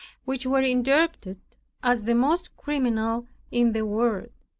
which were interpreted as the most criminal in the world!